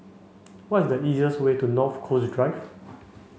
what is the easiest way to North Coast Drive